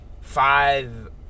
five